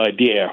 idea